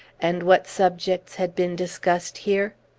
and what subjects had been discussed here?